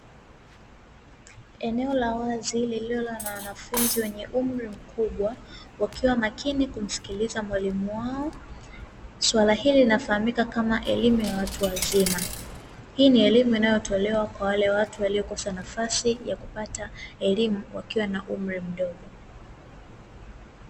Eneo la wazi lililo na wanafunzi wenye umri mkubwa wakiwa makini kumsikiliza mwalimu wao, suala hili linafahamika kama elimu ya watu wazima, hii ni elimu inayotolewa kwa wale watu waliokosa nafasi ya kupata elimu wakiwa na umri mdogo.